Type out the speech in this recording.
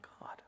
God